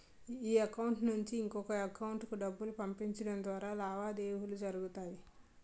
ఈ అకౌంట్ నుంచి ఇంకొక ఎకౌంటుకు డబ్బులు పంపించడం ద్వారా లావాదేవీలు జరుగుతాయి